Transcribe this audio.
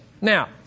Now